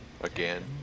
again